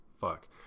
fuck